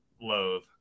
loathe